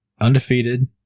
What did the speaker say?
undefeated